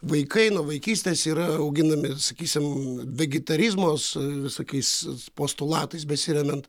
vaikai nuo vaikystės yra auginami sakysim vegetarizmo su visokiais postulatais besiremiant